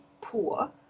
poor